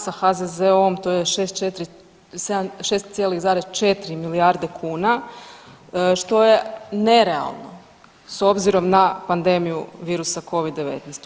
Sa HZZO-om to je 6,4 milijarde kuna, što je nerealno, s obzirom na pandemiju virusa COVID 19.